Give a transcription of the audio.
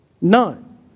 None